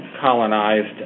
colonized